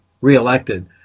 reelected